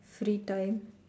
free time